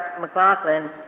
McLaughlin